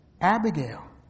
Abigail